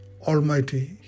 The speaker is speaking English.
almighty